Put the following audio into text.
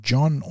John